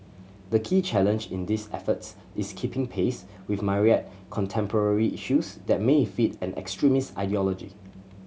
the key challenge in these efforts is keeping pace with myriad contemporary issues that may feed an extremist ideology